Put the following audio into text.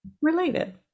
related